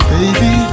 Baby